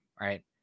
right